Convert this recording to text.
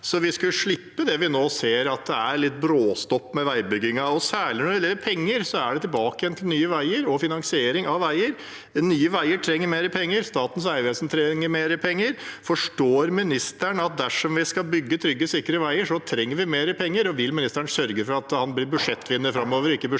at vi skulle slippe det vi nå ser, at det er litt bråstopp i veibyggingen. Særlig når det gjelder penger, er det tilbake igjen til Nye veier og finansiering av veier. Nye veier trenger mer penger. Statens vegvesen trenger mer penger. Forstår ministeren at dersom vi skal bygge trygge, sikre veier, trenger vi mer penger? Og vil ministeren sørge for at han blir budsjettvinner framover og ikke budsjettaper,